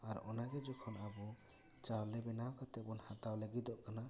ᱟᱨ ᱚᱱᱟ ᱜᱮ ᱡᱚᱠᱷᱚᱱ ᱟᱵᱚ ᱪᱟᱣᱞᱮ ᱵᱮᱱᱟᱣ ᱠᱟᱛᱮ ᱵᱚᱱ ᱦᱟᱛᱟᱣ ᱞᱟᱹᱜᱤᱫᱚᱜ ᱠᱟᱱᱟ